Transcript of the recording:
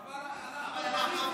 אבל אנחנו באופוזיציה.